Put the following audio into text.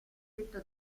tetto